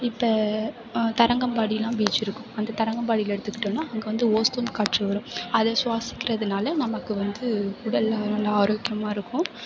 இப்போ தரங்கம்பாடியெலாம் பீச்சு இருக்கும் அந்த தரங்கம்பாடியில் எடுத்துகிட்டோனால் அங்கே வந்து ஓசோன் காற்று வரும் அதை சுவாசிக்கிறதுனால நமக்கு வந்து உடல் நல்லா ஆரோக்கியமாக இருக்கும்